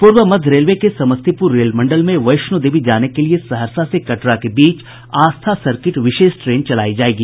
पूर्व मध्य रेलवे के समस्तीपुर रेल मंडल में वैष्णो देवी जाने के लिये सहरसा से कटरा के बीच आस्था सर्किट विशेष ट्रेन चलायी जायेगी